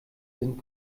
sind